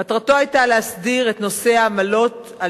מטרתו היתה להסדיר את נושא העמלות על